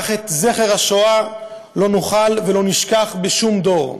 וכך את זכר השואה לא נוכל ולא נשכח בשום דור.